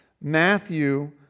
Matthew